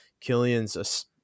Killian's